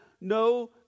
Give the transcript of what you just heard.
no